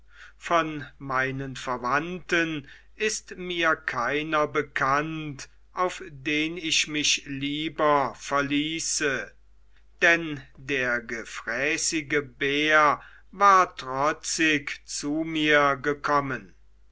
von meinen verwandten ist mir keiner bekannt auf den ich mich lieber verließe denn der gefräßige bär war trotzig zu mir gekommen